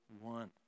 one